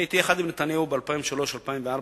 אני הייתי יחד עם נתניהו ב-2003 2004,